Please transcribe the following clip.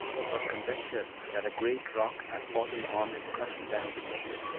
it was conjectured that a great rock had fallen on and crushed them beneath it.